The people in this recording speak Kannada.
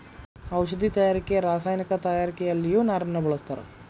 ಔಷದಿ ತಯಾರಿಕೆ ರಸಾಯನಿಕ ತಯಾರಿಕೆಯಲ್ಲಿಯು ನಾರನ್ನ ಬಳಸ್ತಾರ